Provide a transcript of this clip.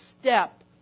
step